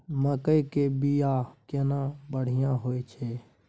मकई के बीया केना बढ़िया होय छै?